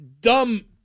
dumb